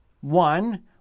One